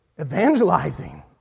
evangelizing